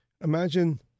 imagine